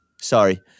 sorry